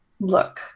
look